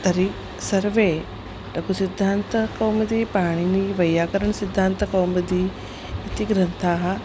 तर्हि सर्वे लघुसिद्धान्तकौमुदी पाणिनिः वैयाकरणसिद्धान्तकौमुदी इति ग्रन्थाः